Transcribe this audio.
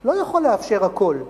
לא יכול לאפשר הכול.